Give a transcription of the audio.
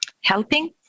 helping